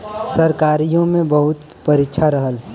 सरकारीओ मे बहुत परीक्षा रहल